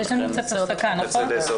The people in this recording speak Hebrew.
תודה.